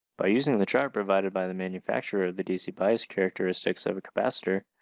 by using the chart provided by the manufacturer of the dc bias characteristics of a capacitor,